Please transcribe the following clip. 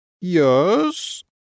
Yes